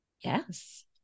Yes